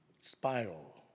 Spiral